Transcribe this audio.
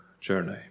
journey